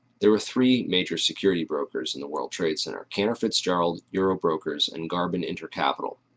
there were three major securities brokers in the world trade center cantor fitzgerald, eurobrokers and garbon inter capital.